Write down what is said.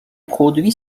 produits